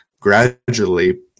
gradually